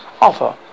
offer